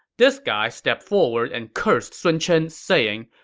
this guy stepped forward and cursed sun chen, saying,